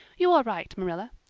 you are right, marilla.